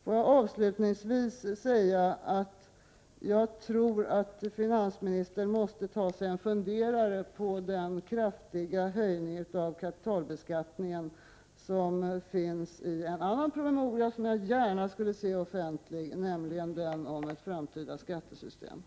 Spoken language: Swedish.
Får jag slutligen säga att jag tror att finansministern måste ta sig en funderare när det gäller den kraftiga höjningen av kapitalbeskattningen, som behandlas i en annan promemoria som jag gärna skulle vilja se offentlig, nämligen den om det framtida skattesystemet.